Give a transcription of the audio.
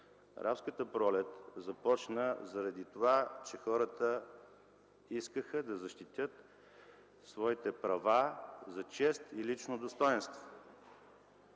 Арабската пролет започна заради това, че хората искаха да защитят своите права за чест и лично достойнство.